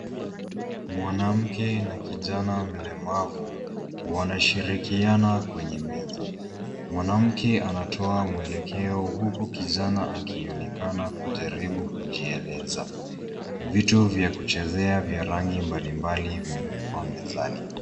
Mwanamke na kijana mlemavu wanashirikiana kwenye meza, Mwanamke wanatoa mwelekeo huku kijana akionekana kujaribu kujieleza. Vitu vya kuchezea vya rangi mbali mbali vimewekwa mezani.